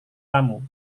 tamu